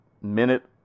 minute